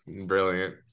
Brilliant